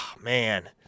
Man